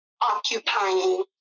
occupying